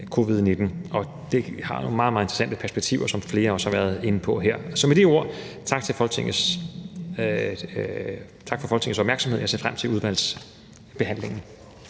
covid-19. Og det har nogle meget, meget interessante perspektiver, som flere også har været inde på her. Så med de ord tak for Folketingets opmærksomhed. Jeg ser frem til udvalgsbehandlingen.